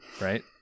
right